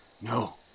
No